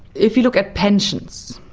if you look at pensions,